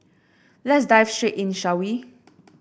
let's dive straight in shall we